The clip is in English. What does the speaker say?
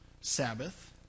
Sabbath